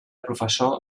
professor